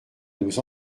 nos